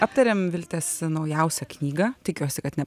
aptarėm viltės naujausią knygą tikiuosi kad ne